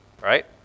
Right